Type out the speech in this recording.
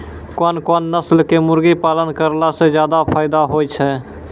कोन कोन नस्ल के मुर्गी पालन करला से ज्यादा फायदा होय छै?